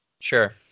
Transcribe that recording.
Sure